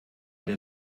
der